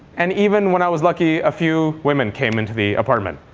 and even when i was lucky, a few women came into the apartment,